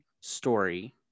story